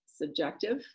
subjective